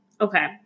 okay